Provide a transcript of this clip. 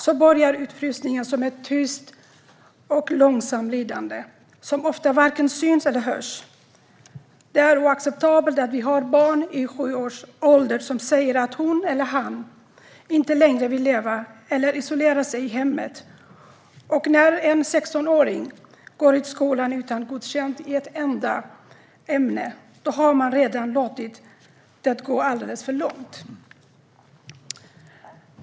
Så börjar utfrysningen, som ett tyst och långsamt lidande som ofta varken syns eller hörs. Det är oacceptabelt att vi har barn i sjuårsåldern som säger att hon eller han inte längre vill leva eller isolerar sig i hemmet. När en sextonåring går ut skolan utan godkänt i ett enda ämne har man redan låtit det gå alldeles för långt.